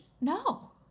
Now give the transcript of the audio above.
No